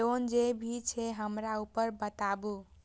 Loan जे भी छे हमरा ऊपर बताबू?